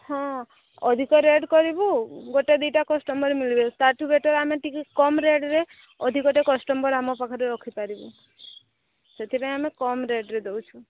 ହଁ ଅଧିକ ରେଟ୍ କରିବୁ ଗୋଟେ ଦୁଇଟା କସ୍ଟମର୍ ମିଳିବେ ତାଠୁ ବେଟର୍ ଆମେ ଟିକେ କମ୍ ରେଟରେ ଅଧିକ କସ୍ଟମର୍ ଆମ ପାଖରେ ରଖିପାରିବୁ ସେଥିପାଇଁ ଆମେ କମ୍ ରେଟରେ ଦେଉଛୁ